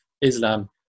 Islam